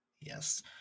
Yes